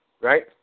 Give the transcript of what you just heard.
Right